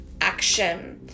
action